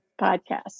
podcast